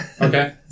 Okay